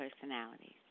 personalities